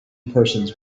persons